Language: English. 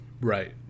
Right